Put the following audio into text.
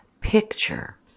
picture